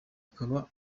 akaba